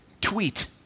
tweet